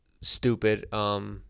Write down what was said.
stupid